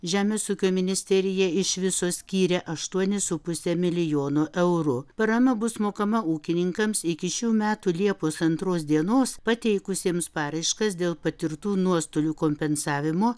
žemės ūkio ministerija iš viso skyrė aštuonis su puse milijono eurų parama bus mokama ūkininkams iki šių metų liepos antros dienos pateikusiems paraiškas dėl patirtų nuostolių kompensavimo